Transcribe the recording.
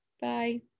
Bye